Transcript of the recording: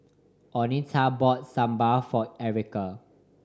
Oneta bought Sambar for Erika